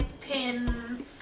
pin